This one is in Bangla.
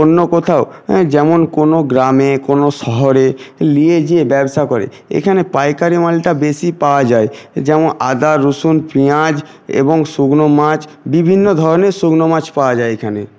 অন্য কোথাও হ্যাঁ যেমন কোনো গ্রামে কোনো শহরে নিয়ে গিয়ে ব্যবসা করে এইখানে পাইকারি মালটা বেশি পাওয়া যায় যেমন আদা রসুন পেঁয়াজ এবং শুকনো মাছ বিভিন্ন ধরনের শুকনো মাছ পাওয়া যায় এইখানে